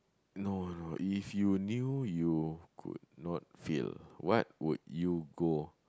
no no if you knew you could not fail what would you go